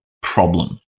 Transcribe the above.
problem